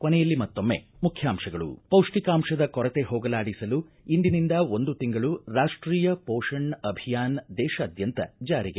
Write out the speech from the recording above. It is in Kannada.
ಕೊನೆಯಲ್ಲಿ ಮತ್ತೊಮ್ಮೆ ಮುಖ್ಯಾಂತಗಳು ಪೌಷ್ಷಿಕಾಂಶದ ಕೊರತೆ ಹೋಗಲಾಡಿಸಲು ಇಂದಿನಿಂದ ಒಂದು ತಿಂಗಳು ರಾಷ್ಷೀಯ ಮೋಷಣ್ ಅಭಿಯಾನ್ ದೇಶಾದ್ಯಂತ ಜಾರಿಗೆ